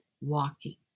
walking